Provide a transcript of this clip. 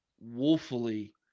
woefully